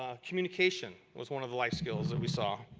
ah communication, was one of the life skills and we saw.